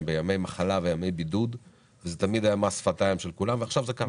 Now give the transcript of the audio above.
בימי מחלה וימי בידוד - זה תמיד היה מס שפתיים של כולם - ועכשיו זה קרה.